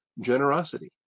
generosity